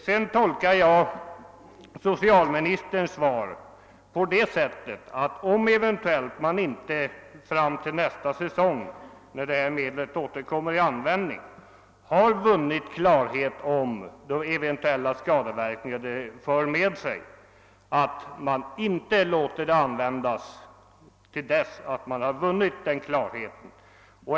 Jag tolkar socialministerns svar så, att om man eventuellt fram till nästa säsong, när detta medel åter kommer i användning, inte vunnit klarhet om de eventuella skadeverkningarna, kommer man heller inte att tillåta att medlet tas i bruk förrän denna klarhet vunnits.